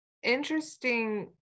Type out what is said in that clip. interesting